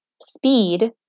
speed